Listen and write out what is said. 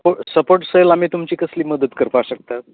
support cell आमी तुमची कसली मदत करपा शकता